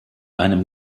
einem